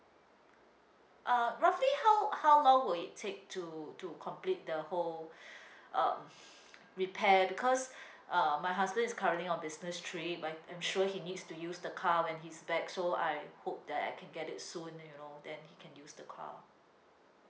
uh roughly how how long will it take to to complete the whole uh repair because uh my husband is currently on business trip I I'm sure he needs to use the car when he's back so I hope that I can get it soon you know then he can use the car